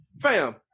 Fam